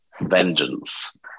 vengeance